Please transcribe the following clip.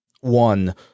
One